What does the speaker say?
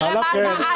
נראה מה אז תגיד.